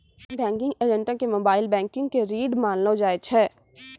banking एजेंटो के mobile banking के रीढ़ मानलो जाय छै